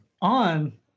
on